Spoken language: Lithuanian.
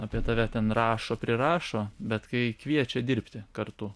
apie tave ten rašo prirašo bet kai kviečia dirbti kartu